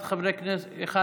ההסתייגות (1) של חברי הכנסת שלמה